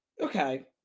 Okay